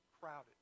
Crowded